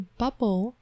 bubble